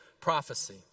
prophecy